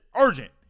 urgent